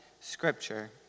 Scripture